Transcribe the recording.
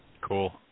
Cool